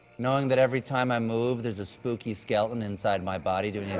knowing that every time i move there's a spooky skeleton inside my body dog